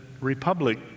Republic